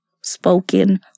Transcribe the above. spoken